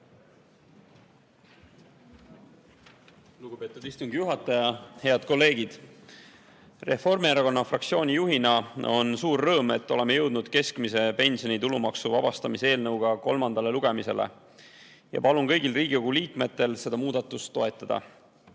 Lugupeetud istungi juhataja! Head kolleegid! Reformierakonna fraktsiooni juhina on mul suur rõõm, et oleme jõudnud keskmise pensioni tulumaksust vabastamise eelnõuga kolmandale lugemisele, ja palun kõigil Riigikogu liikmetel seda muudatust toetada.